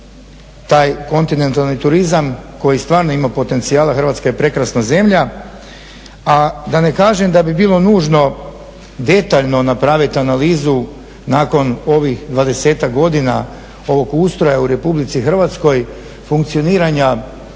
taj kontinentalni turizam koji stvarno ima potencijala, Hrvatska je prekrasna zemlja, a da ne kažem da bi bilo nužno detaljno napravit analizu nakon ovih 20-tak godina ovog ustroja u Republici Hrvatskoj funkcioniranja